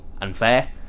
unfair